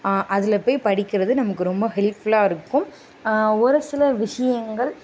அதில் போய் படிக்கிறது நமக்கு ரொம்ப ஹெல்ப்ஃபுல்லாக இருக்கும் ஒரு சில விஷயங்கள்